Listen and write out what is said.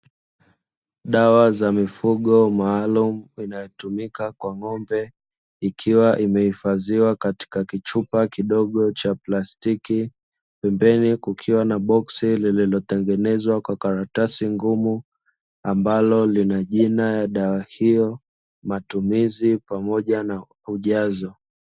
Dawa za mifugo maalumu inayotumika kwa ng'ombe ikiwa imehifadhiwa katika kichupa kidogo cha plastiki, pembeni kukiwa na boksi lililotengenezwa kwa karatasi ngumu ambalo lina jina ya dawa hiyo, matumizi pamoja na ujazo.